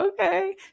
Okay